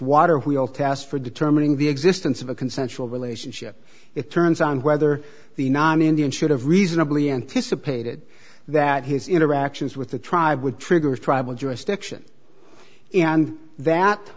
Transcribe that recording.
water wheel test for determining the existence of a consensual relationship it turns on whether the non indian should have reasonably anticipated that his interactions with the tribe would trigger tribal jurisdiction and that